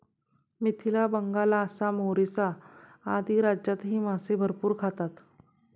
मिथिला, बंगाल, आसाम, ओरिसा आदी राज्यांतही मासे भरपूर खातात